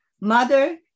mother